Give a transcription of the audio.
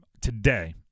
today